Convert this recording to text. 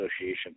association